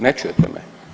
Ne čujete me?